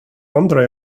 andra